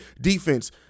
defense